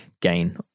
gain